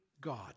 God